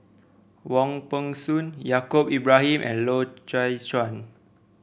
Wong Peng Soon Yaacob Ibrahim and Loy Chye Chuan